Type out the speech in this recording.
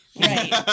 Right